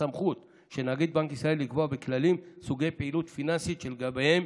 הסמכות של נגיד בנק ישראל לקבוע בכללים סוגי פעילות פיננסית שלגביהם